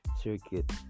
circuit